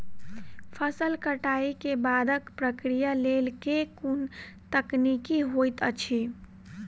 फसल कटाई केँ बादक प्रक्रिया लेल केँ कुन तकनीकी होइत अछि?